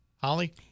Holly